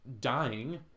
dying